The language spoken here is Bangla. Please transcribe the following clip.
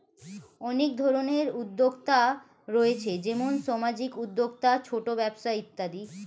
অনেক ধরনের উদ্যোক্তা রয়েছে যেমন সামাজিক উদ্যোক্তা, ছোট ব্যবসা ইত্যাদি